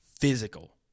physical